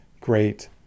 great